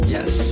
Yes